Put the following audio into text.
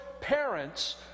parents